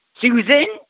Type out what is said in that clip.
Susan